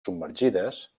submergides